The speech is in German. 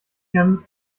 tierheim